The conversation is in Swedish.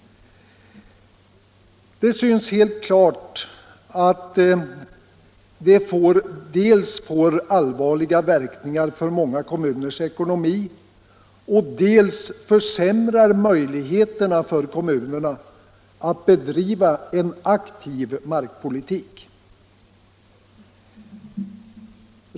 Det synes helt klart att detta dels får allvarliga verkningar för många kommuners ekonomi, dels försämrar möjligheterna för kommunerna att bedriva en aktiv markpolitik.